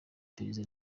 iperereza